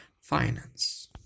finance